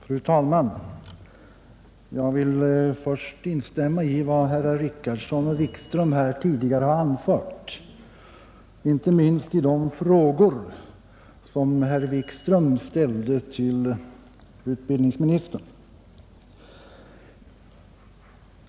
Fru talman! Först vill jag instämma i vad herrar Richardson och Wikström tidigare anfört, inte minst när det gäller de frågor som herr Wikström ställde till utbildningsministern.